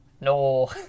No